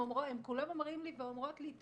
הם כולם אומרים ואומרות לי,